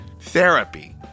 therapy